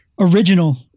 original